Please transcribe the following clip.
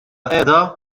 qiegħda